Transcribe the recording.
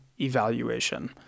evaluation